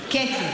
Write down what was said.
קָטִי.